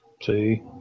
See